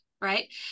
right